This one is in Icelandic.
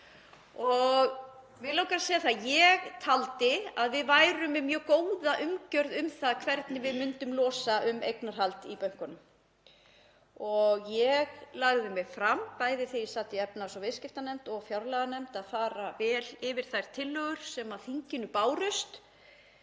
Og mig langar að segja að ég taldi að við værum með mjög góða umgjörð um það hvernig við myndum losa um eignarhald í bönkunum. Ég lagði mig fram, bæði þegar ég sat í efnahags- og viðskiptanefnd og í fjárlaganefnd, að fara vel yfir þær tillögur sem þinginu bárust,